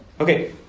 Okay